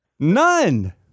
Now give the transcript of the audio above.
None